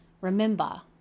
Remember